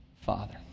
father